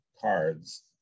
cards